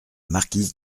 marquise